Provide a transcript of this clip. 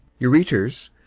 ureters